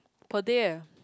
per day eh